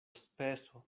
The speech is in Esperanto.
speso